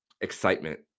excitement